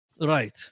Right